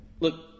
Look